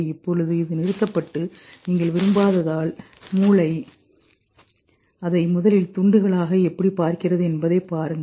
இப்போது இது நிறுத்தப்பட்டு நீங்கள் விரும்பாததால் மூளை அதை முதலில் துண்டுகளாக எப்படிப் பார்க்கிறது என்பதைப் பாருங்கள்